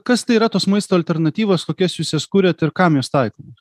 kas tai yra tos maisto alternatyvos kokias jūs jas kuriat ir kam jos taikomos